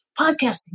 podcasting